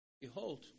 Behold